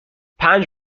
پنج